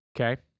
Okay